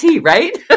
Right